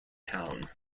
town